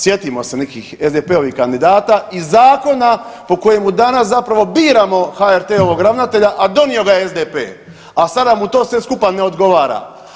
Sjetimo se nekih SDP-ovih kandidata i zakona po kojemu danas zapravo biramo HRT-ovog ravnatelja, a donio ga je SDP-a, a sada mu to sve skupa ne odgovora.